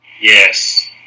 Yes